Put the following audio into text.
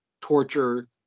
torture